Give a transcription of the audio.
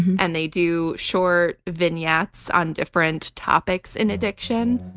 and they do short vignettes on different topics in addiction.